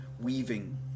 weaving